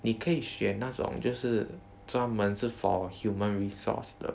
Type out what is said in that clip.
你可以选那种就是专门是 for human resource 的